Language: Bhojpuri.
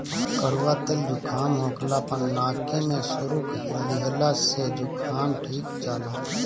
कड़ुआ तेल जुकाम होखला पअ नाकी में सुरुक लिहला से जुकाम ठिका जाला